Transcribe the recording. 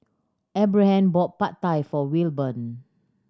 Abraham bought Pad Thai for Wilburn